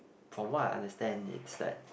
from what I understand it's that